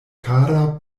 kara